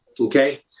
Okay